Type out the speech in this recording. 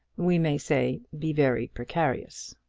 we may say, be very precarious.